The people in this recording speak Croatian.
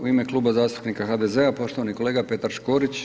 U ime Kluba zastupnika HDZ-a poštovani kolega Petar Škorić.